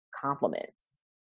compliments